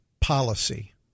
policy